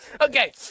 Okay